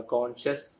Conscious